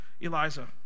Eliza